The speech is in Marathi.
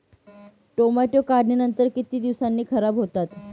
टोमॅटो काढणीनंतर किती दिवसांनी खराब होतात?